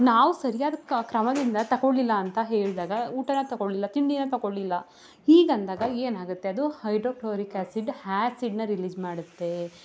ನಾವು ಸರಿಯಾದ ಕ್ರಮದಿಂದ ತಗೊಳಿಲ್ಲ ಅಂತ ಹೇಳಿದಾಗ ಊಟ ತಗೊಳಿಲ್ಲ ತಿಂಡಿ ತಗೊಳಿಲ್ಲ ಹೀಗಂದಾಗ ಏನಾಗುತ್ತೆ ಅದು ಹೈಡ್ರೋಕ್ಲೋರಿಕ್ ಆಸಿಡ್ ಹ್ಯಾಸಿಡನ್ನ ರಿಲೀಸ್ ಮಾಡುತ್ತೆ